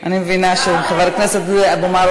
חבר הכנסת באסל גטאס,